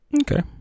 Okay